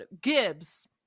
Gibbs